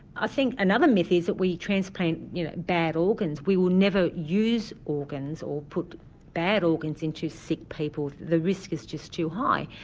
i think another myth is we transplant you know bad organs we will never use organs, or put bad organs into sick people, the risk is just too high.